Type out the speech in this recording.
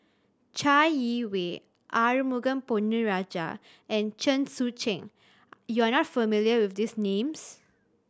Chai Yee Wei Arumugam Ponnu Rajah and Chen Sucheng you are not familiar with these names